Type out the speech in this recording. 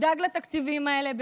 ונדאג לתקציבים האלה,